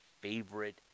favorite